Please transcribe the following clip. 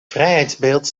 vrijheidsbeeld